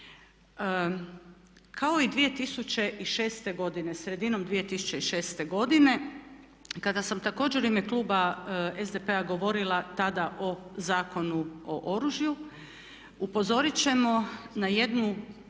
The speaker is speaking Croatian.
godine, sredinom 2006. godine kada sam također u ime kluba SDP-a govorila tada o Zakonu o oružju upozoriti ćemo na jednu